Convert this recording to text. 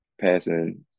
passing